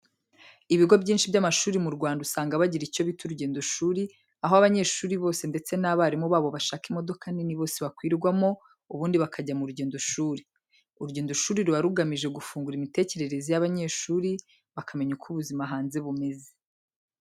Ibigo byinshi by'amashuri mu Rwanda usanga bagira icyo bita urugendoshuri, aho abanyeshuri bose ndetse n'abarimu babo bashaka imodoka nini bose bakwirwamo, ubundi bakajya mu rugendoshuri. Urugendoshuri ruba rugamije gufungura imitekerereze y'abanyeshuri, bakamenya uko ubuzima hanze bumeze.